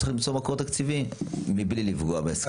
צריך למצוא מקור תקציבי מבלי לפגוע בהסכמים.